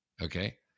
Okay